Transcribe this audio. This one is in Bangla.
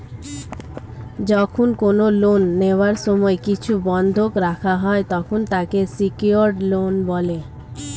যখন কোন লোন নেওয়ার সময় কিছু বন্ধক রাখা হয়, তখন তাকে সিকিওরড লোন বলে